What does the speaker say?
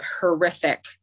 horrific